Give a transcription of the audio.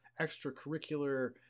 extracurricular